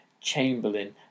Chamberlain